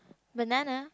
banana